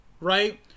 right